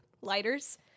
lighters